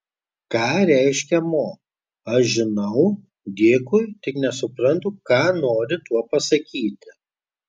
ką reiškia mo aš žinau dėkui tik nesuprantu ką nori tuo pasakyti